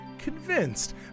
Convinced